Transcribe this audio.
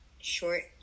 short